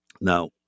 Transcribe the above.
Now